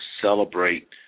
celebrate